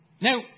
Now